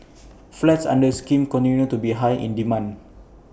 flats under the scheme continue to be in high demand